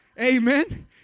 Amen